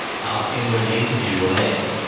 asking when the interview will end.